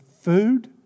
food